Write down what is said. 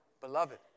Beloved